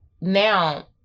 now